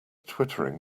twittering